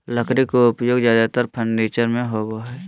लकड़ी के उपयोग ज्यादेतर फर्नीचर में होबो हइ